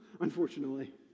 unfortunately